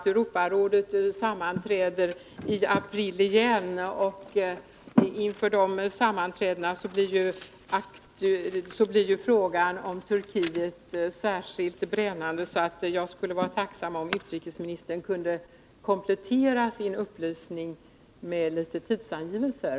Europarådet sammanträder faktiskt i april igen, och inför de mötena blir ju frågan om Turkiet särskilt brännande. Jag skulle alltså vara tacksam om utrikesministern kunde komplettera sina upplysningar med några tidsangivelser.